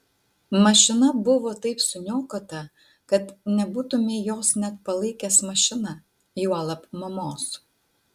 mašina buvo taip suniokota kad nebūtumei jos net palaikęs mašina juolab mamos